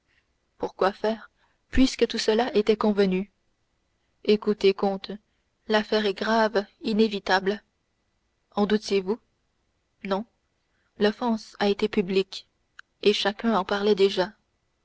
quoi faire puisque tout cela était convenu écoutez comte l'affaire est grave inévitable en doutiez vous non l'offense a été publique et chacun en parlait déjà